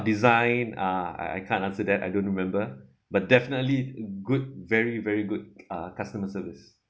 design uh I can't answer that I don't remember but definitely good very very good uh customer service